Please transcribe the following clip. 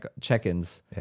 check-ins